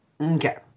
okay